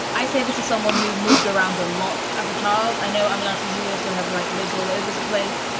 i say this as someone who moved around a lot as a child. i know. i mean, i see you also have like lived all over the place.